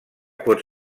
pot